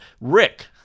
Rick